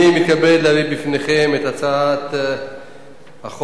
אני מתכבד להביא בפניכם את הצעת חוק